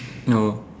oh